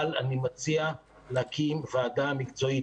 אבל אני מציע להקים ועדה מקצועית,